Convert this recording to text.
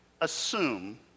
assume